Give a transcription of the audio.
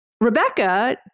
Rebecca